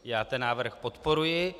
Já ten návrh podporuji.